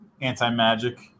anti-magic